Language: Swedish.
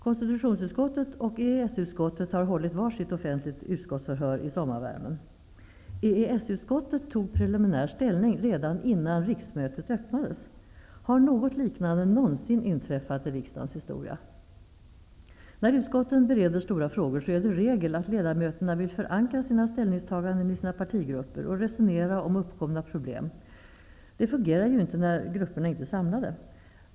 Konstitutionsutskottet och EES-utskottet har hållit var sitt offentligt utskottsförhör i sommarvärmen. EES-utskottet tog preliminär ställning redan innan riksmötet öppnades. Har något liknande någonsin inträffat i riksdagens historia? När utskotten bereder stora frågor, är det regel att ledamöterna vill förankra sina ställningstaganden i sina partigrupper och resonera om uppkomna problem. Det fungerar ju inte när grupperna inte är samlade.